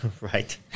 Right